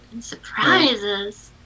surprises